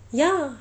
ya